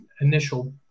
initial